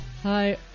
Hi